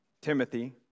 Timothy